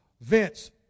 Vince